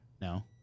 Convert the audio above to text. No